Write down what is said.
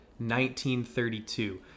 1932